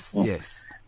yes